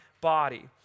body